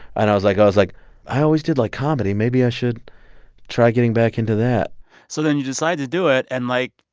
and i was like i was like, i always did like comedy. maybe i should try getting back into that so then you decide to do it. and, like,